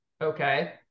okay